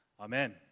Amen